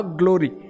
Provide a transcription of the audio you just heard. glory